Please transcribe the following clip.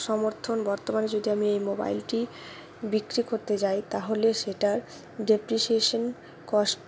সমর্থন বর্তমানে যদি আমি এই মোবাইলটি বিক্রি করতে যাই তাহলে সেটার ডেপ্রিসিয়েশন কস্ট